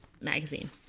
magazine